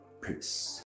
peace